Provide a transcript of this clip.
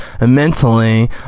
mentally